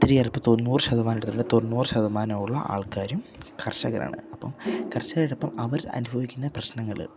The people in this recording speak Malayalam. ഒത്തിരി ഏറെ ഇപ്പം തൊണ്ണൂറ് ശതമാനം എടുത്തിട്ടുണ്ട് തൊണ്ണൂറ് ശതമാനം ഉള്ള ആൾക്കാരും കർഷകരാണ് അപ്പം കർഷകർ അപ്പം അവർ അനുഭവിക്കുന്ന പ്രശ്നങ്ങൾ